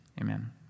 amen